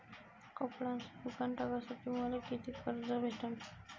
कपड्याचं दुकान टाकासाठी मले कितीक कर्ज भेटन?